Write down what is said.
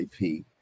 IP